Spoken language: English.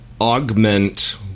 augment